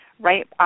right